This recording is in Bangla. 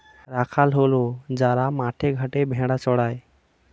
রাখাল হল যারা মাঠে ঘাটে ভেড়া চড়ায়